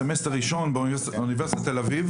סמסטר ראשון באוניברסיטת תל אביב